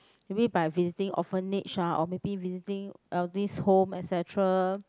maybe by visiting orphanage or maybe visiting elderly home etc